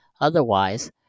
otherwise